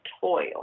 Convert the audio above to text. toil